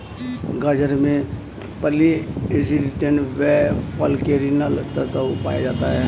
गाजर में polyacetylene व फालकैरिनोल तत्व पाया जाता है